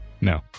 No